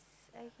okay